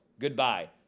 goodbye